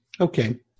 Okay